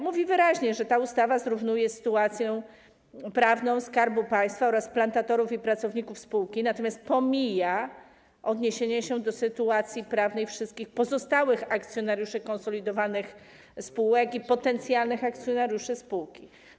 Mówi wyraźnie, że ta ustawa zrównuje sytuację prawną Skarbu Państwa oraz plantatorów i pracowników spółki, natomiast pomija odniesienie się do sytuacji prawnej wszystkich pozostałych akcjonariuszy konsolidowanych spółek i potencjalnych akcjonariuszy spółki.